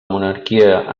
monarquia